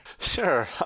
Sure